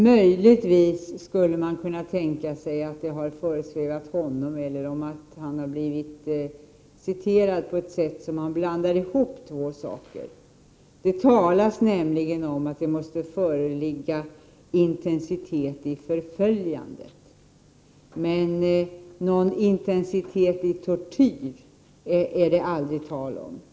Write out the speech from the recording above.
Möjligtvis har det föresvävat tjänstemannen att två saker hör ihop eller också kan tjänstemannen ha blivit citerad på ett sätt som innebär att två saker har blandats ihop: det talas nämligen om att det måste föreligga intensitet i förföljandet. Men någon intensitet i fråga om tortyr är det aldrig tal om.